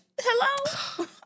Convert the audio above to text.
Hello